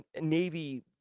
Navy